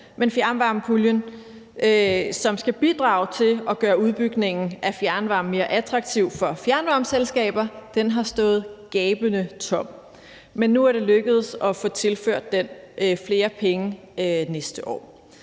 men fjernvarmepuljen, som skal bidrage til at gøre udbygningen af fjernvarmen mere attraktiv for fjernvarmeselskaber, har stået gabende tom. Men nu er det lykkedes at få tilført den flere penge næste år.